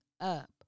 up